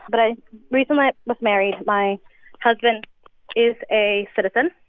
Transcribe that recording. but i recently, i was married. my husband is a citizen.